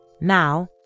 Now